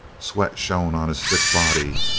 sweat shone on his thick body.